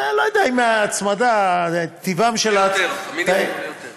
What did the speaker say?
אני לא יודע אם ההצמדה, המינימום זה יותר.